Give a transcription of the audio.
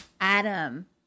Adam